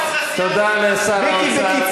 תודה לשר האוצר.